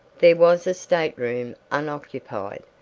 there was a stateroom unoccupied,